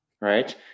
Right